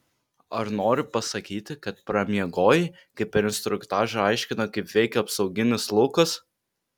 ar nori pasakyti kad pramiegojai kai per instruktažą aiškino kaip veikia apsauginis laukas